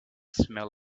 smell